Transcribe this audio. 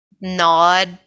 nod